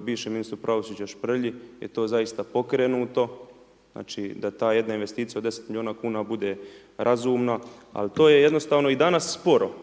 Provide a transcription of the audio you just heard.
bivšem ministru pravosuđa Šprlji, gdje je to zaista pokrenuto, znači da ta jedna investicija od 10 milijuna kn bude razumna, ali to je jednostavno i danas sporo.